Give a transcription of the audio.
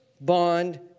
bond